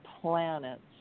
planets